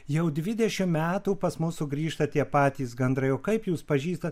jau dvidešimt metų pas mus sugrįžta tie patys gandrai o kaip jūs pažįstat